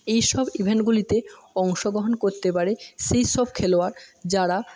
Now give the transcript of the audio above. এই সব ইভেন্টগুলিতে অংশগ্রহণ করতে পারে সেই সব খেলোয়াড় যারা